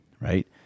right